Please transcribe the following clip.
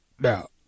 Now